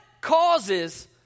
causes